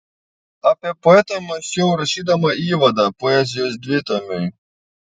apie poetą mąsčiau rašydama įvadą poezijos dvitomiui